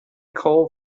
called